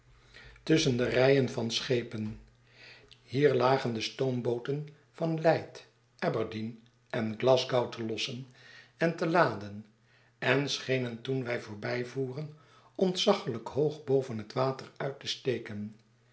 af rijen van schepen hier lagen de stoombooten van leith aberdeen en glasgo wtelossen en te laden en schenen toen wij voorbijvoeren ontzaglijk hoog boven het water uit te steken